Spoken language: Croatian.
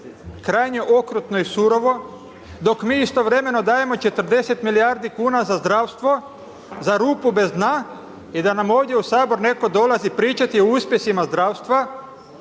krajnje okrutno i surovo dok mi istovremeno dajemo 40 milijardi kn za zdravstvo, za rupu bez dna i da nam ovdje u Sabor netko dolazi pričati o uspjesima zdravstva